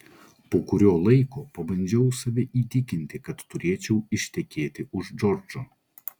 po kurio laiko pabandžiau save įtikinti kad turėčiau ištekėti už džordžo